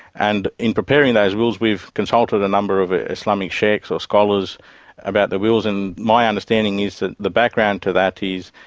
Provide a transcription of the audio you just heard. and in preparing those wills we've consulted a number of islamic sheikhs or scholars about the wills and my understanding is that the background to that is,